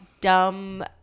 dumb